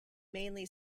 mainly